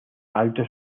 alto